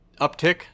uptick